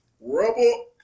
Rubble